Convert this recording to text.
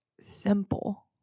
simple